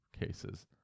cases